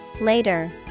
Later